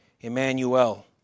Emmanuel